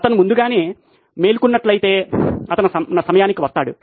అతను ముందుగానే మేల్కొన్నట్లయితే అతను సమయానికి వస్తాడు